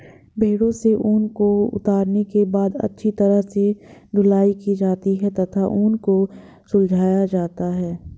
भेड़ों से ऊन को उतारने के बाद अच्छी तरह से धुलाई की जाती है तथा ऊन को सुलझाया जाता है